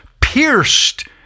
pierced